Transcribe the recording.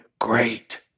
great